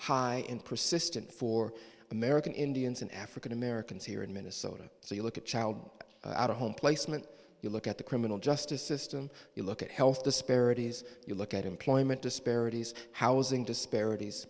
persistent for american indians and african americans here in minnesota so you look at child out of home placement you look at the criminal justice system you look at health disparities you look at employment disparities housing disparities